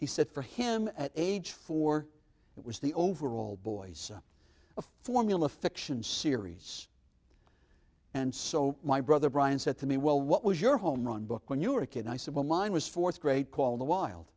he set for him at age four was the overall boys of formula fiction series and so my brother brian said to me well what was your home run book when you were a kid i said well mine was fourth grade called the wild